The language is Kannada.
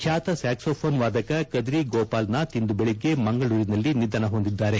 ಖ್ಯಾತ ಸ್ಯಾಕ್ಪೋಥೋನ್ ವಾದಕ ಕದ್ರಿ ಗೋಪಾಲನಾಥ್ ಇಂದು ಬೆಳಗ್ಗೆ ಮಂಗಳೂರಿನಲ್ಲಿ ನಿಧನ ಹೊಂದಿದ್ದಾರೆ